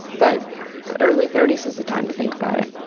but early thirty s is a time to think about it.